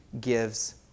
gives